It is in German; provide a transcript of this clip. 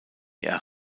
ihr